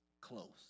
close